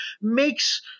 makes